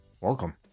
Welcome